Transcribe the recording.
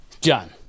John